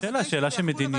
השאלה היא שאלה של מדיניות.